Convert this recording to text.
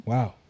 Wow